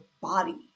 body